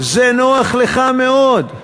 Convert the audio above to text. זה נוח לך מאוד.